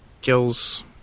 kills